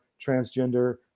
transgender